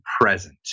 present